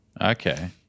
Okay